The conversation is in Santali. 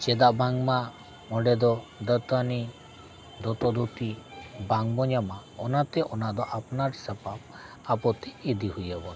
ᱪᱮᱫᱟᱜ ᱵᱟᱝᱢᱟ ᱚᱸᱰᱮ ᱫᱚ ᱫᱟᱹᱛᱟᱹᱱᱤ ᱫᱚᱛᱚ ᱫᱷᱩᱛᱤ ᱵᱟᱝ ᱵᱚ ᱧᱟᱢᱟ ᱚᱱᱟᱛᱮ ᱚᱱᱟ ᱫᱚ ᱟᱯᱱᱟᱨ ᱥᱟᱯᱟᱵ ᱟᱵᱚᱛᱮ ᱤᱫᱤ ᱦᱩᱭᱩᱜᱼᱟ